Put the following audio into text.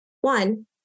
One